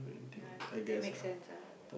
ya that makes sense ah